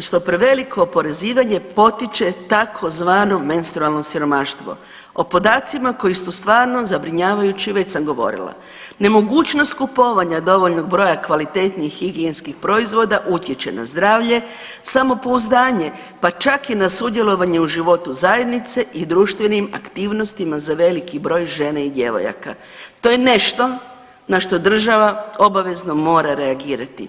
što preveliko oporezivanje potiče tzv. menstrualno siromaštvo, o podacima koji su stvarno zabrinjavajući već sam govorila, nemogućnost kupovanja dovoljnog broja kvalitetnijih higijenskih proizvoda utječe na zdravlje, samopouzdanje pa čak i na sudjelovanje u životu zajednice i društvenim aktivnostima za veliki broj žena i djevojaka, to je nešto na što država obavezno mora reagirati.